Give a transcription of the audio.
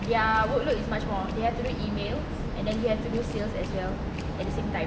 their workload is much more they have to do emails and then they have to do sales as well at the same time